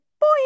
boy